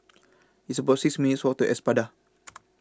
It's about six minutes' Walk to Espada